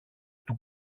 του